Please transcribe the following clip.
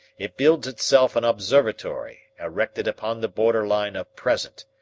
it builds itself an observatory erected upon the border line of present,